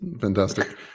fantastic